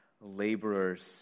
laborers